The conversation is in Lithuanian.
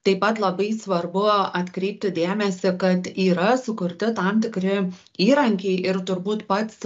taip pat labai svarbu atkreipti dėmesį kad yra sukurti tam tikri įrankiai ir turbūt pats